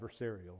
adversarial